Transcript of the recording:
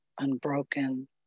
unbroken